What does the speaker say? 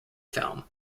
film